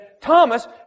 Thomas